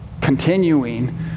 continuing